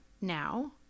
now